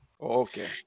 Okay